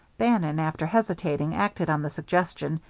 bannon, after hesitating, acted on the suggestion,